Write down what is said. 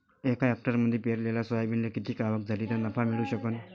एका हेक्टरमंदी पेरलेल्या सोयाबीनले किती आवक झाली तं नफा मिळू शकन?